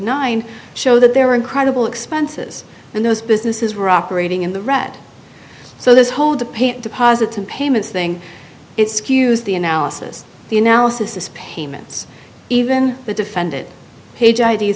nine show that there were incredible expenses in those businesses were operating in the red so this whole the paint deposits in payments thing it skews the analysis the analysis is payments even the defendant page i